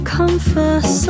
confess